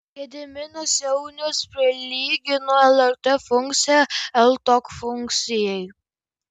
gediminas jaunius prilygino lrt funkciją ltok funkcijai